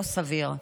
לא סביר.